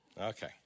Okay